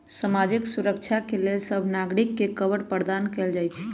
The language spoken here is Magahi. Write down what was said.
सामाजिक सुरक्षा लेल सभ नागरिक के कवर प्रदान कएल जाइ छइ